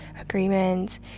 agreements